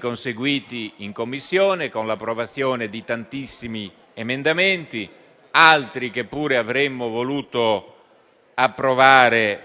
conseguiti in Commissione con l'approvazione di tantissimi emendamenti; altri, che pure avremmo voluto approvare,